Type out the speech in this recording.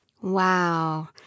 Wow